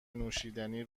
نوشیدنی